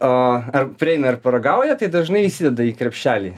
o ar prieina ir paragauja tai dažnai įsideda į krepšelį